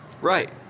Right